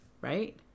right